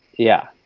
yeah.